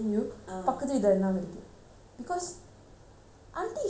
because aunty is telling me she does nothing